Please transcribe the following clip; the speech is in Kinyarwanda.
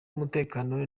umutekano